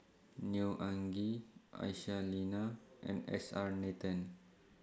Neo Anngee Aisyah Lyana and S R Nathan